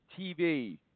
TV